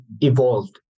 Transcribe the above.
evolved